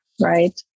Right